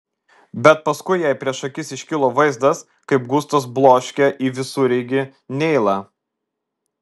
bet paskui jai prieš akis iškilo vaizdas kaip gustas bloškia į visureigį neilą